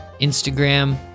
Instagram